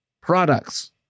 products